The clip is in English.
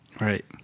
Right